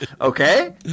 Okay